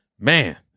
man